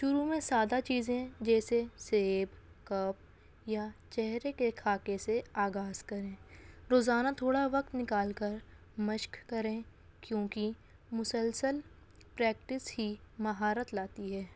شروع میں سادہ چیزیں جیسے سیب کپ یا چہرے کے خاکے سے آغاز کریں روزانہ تھوڑا وقت نکال کر مشق کریں کیونکہ مسلسل پریکٹس ہی مہارت لاتی ہے